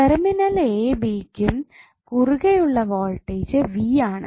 terminal a b ക്കും കുറുകെ ഉള്ള വോൾടേജ് V ആണ്